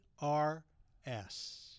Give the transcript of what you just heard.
R-S